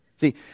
See